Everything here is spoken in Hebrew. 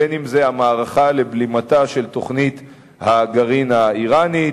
בין אם זה המערכה לבלימתה של תוכנית הגרעין האירנית,